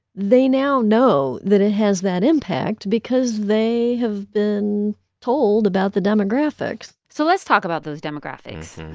they now know that it has that impact because they have been told about the demographics so let's talk about those demographics.